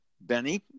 Benny